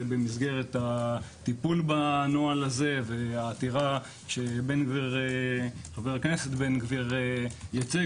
במסגרת הטיפול בנוהל הזה והעתירה שחבר הכנסת בן גביר ייצג